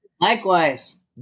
Likewise